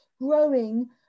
growing